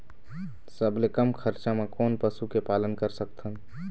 सबले कम खरचा मा कोन पशु के पालन कर सकथन?